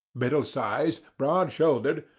middle-sized, broad shouldered,